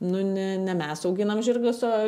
nu ne ne mes auginam žirgus o